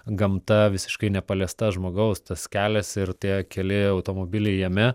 gamta visiškai nepaliesta žmogaus tas kelias ir tie keli automobiliai jame